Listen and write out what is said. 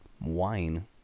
wine